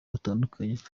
batandukanye